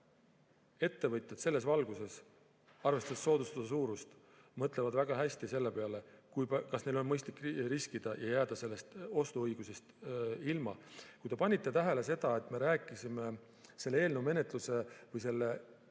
kao. Ettevõtjad, arvestades soodustuse suurust, mõtlevad vägagi selle peale, kas neil on mõistlik riskida ja jääda sellest ostuõigusest ilma. Kui te panite tähele, siis me rääkisime selle eelnõu menetluse või selle